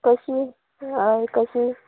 कशी हय कशी